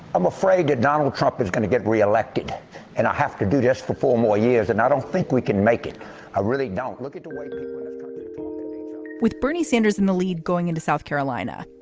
i'm afraid that donald trump is gonna get reelected and i have to do this for four more years. and i don't think we can make it. i really don't look at twitter with bernie sanders in the lead going into south carolina.